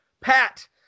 Pat